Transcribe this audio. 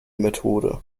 methode